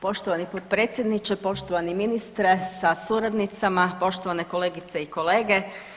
Poštovani potpredsjedniče, poštovani ministre sa suradnicima, poštovane kolegice i kolege.